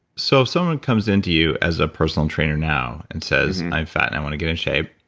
so if someone comes into you as a personal trainer now and says i'm fat and i want to get in shape.